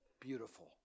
beautiful